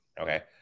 Okay